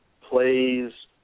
plays